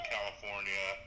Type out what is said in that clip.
California